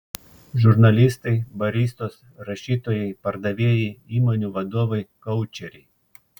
žurnalistai baristos rašytojai pardavėjai įmonių vadovai koučeriai